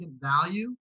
value